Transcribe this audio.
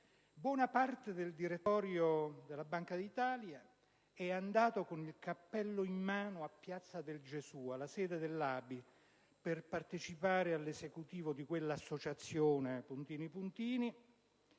buona parte del direttorio della Banca d'Italia sono andati con il cappello in mano a Piazza del Gesù, sede dell'ABI, per partecipare all'esecutivo di quell'associazione, puntini puntini,